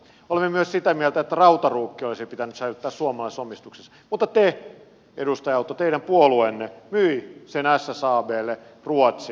olemme myös sitä mieltä että rautaruukki olisi pitänyt säilyttää suomalaisomistuksessa mutta edustaja autto teidän puolueenne myi sen ssablle ruotsiin